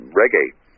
reggae